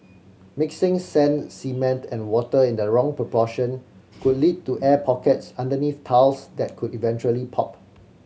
mixing sand cement and water in the wrong proportion could lead to air pockets underneath tiles that could eventually pop